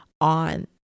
on